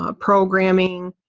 ah programming.